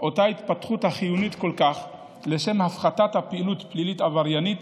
אותה התפתחות החיונית כל כך לשם הפחתת הפעילות הפלילית העבריינית.